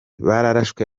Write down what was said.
barashwe